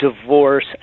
divorce